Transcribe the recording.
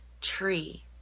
tree